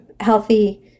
healthy